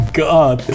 god